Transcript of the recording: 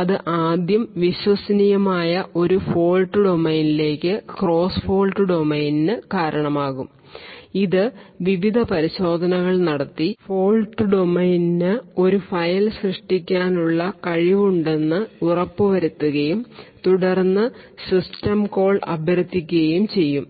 അത് ആദ്യം വിശ്വസനീയമായ ഒരു ഫോൾട്ട് ഡൊമെയ്നിലേക്ക് ക്രോസ് ഫോൾട്ട് ഡൊമെയ്നിന് കാരണമാകും ഇത് വിവിധ പരിശോധനകൾ നടത്തി ഫോൾട്ട് ഡൊമെയ്നിന് ഒരു ഫയൽ സൃഷ്ടിക്കാനുള്ള കഴിവുണ്ടെന്ന് ഉറപ്പുവരുത്തുകയും തുടർന്ന് സിസ്റ്റം കോൾ അഭ്യർത്ഥിക്കുകയും ചെയ്യും